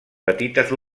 petites